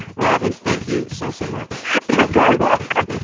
robin, thank you so, so much you're very welcome